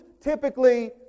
typically